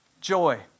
joy